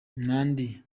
nnamdi